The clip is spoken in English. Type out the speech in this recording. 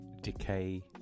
decay